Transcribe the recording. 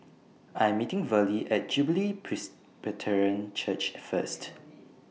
I'm meeting Verlie At Jubilee Presbyterian Church First